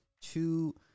two